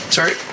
Sorry